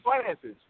finances